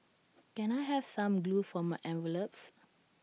can I have some glue for my envelopes